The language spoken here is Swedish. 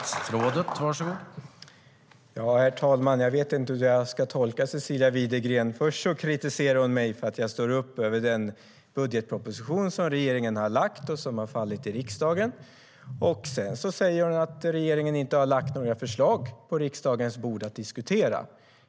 STYLEREF Kantrubrik \* MERGEFORMAT Hälsovård, sjukvård och social omsorgHerr talman! Jag vet inte hur jag ska tolka Cecilia Widegren. Först kritiserar hon mig för att jag står upp för den budgetproposition som regeringen har lagt fram och som har fallit i riksdagen. Sedan säger hon att regeringen inte har lagt några förslag på riksdagens bord att diskutera.